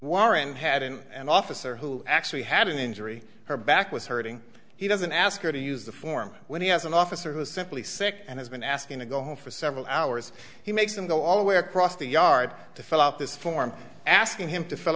warren had and an officer who actually had an injury her back was hurting he doesn't ask her to use the form when he has an officer who is simply sick and has been asking to go home for several hours he makes them go all the way across the yard to fill out this form asking him to fill